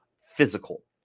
physical